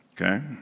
okay